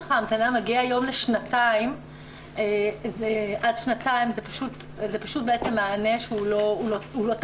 ההמתנה מגיע היום לעד שנתיים זה פשוט מענה שהוא לא תקף,